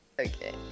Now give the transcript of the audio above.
Okay